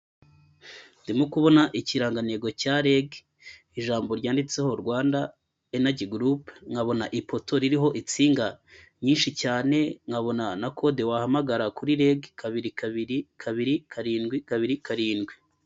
Ndimo kubona ikirangantego cya rege, ijambo ryanditseho Rwanda inagi gurupe, nkabona ipoto ririho insinga nyinshi cyane, nkabona na code wahamagara kuri rege igihe wahuye n'inkongi y'umuriro ni kabiri kabiri kabiri karindwi kabiri karindwi.